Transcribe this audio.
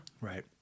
Right